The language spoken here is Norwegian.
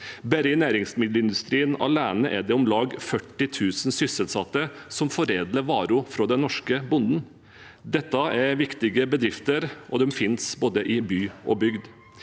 Bare i næringsmiddelindustrien er det om lag 40 000 sysselsatte som foredler varer fra den norske bonden. Dette er viktige bedrifter, og de finnes i både by og bygd.